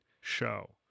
show